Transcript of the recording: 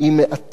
היא מעטה,